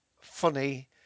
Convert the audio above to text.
funny